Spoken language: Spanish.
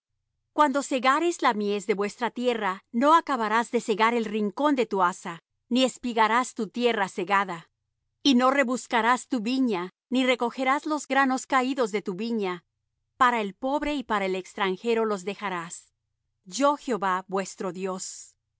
cuando segareis la mies de vuestra tierra no acabarás de segar el rincón de tu haza ni espigarás tu tierra segada y no rebuscarás tu viña ni recogerás los granos caídos de tu viña para el pobre y para el extranjero los dejarás yo jehová vuestro dios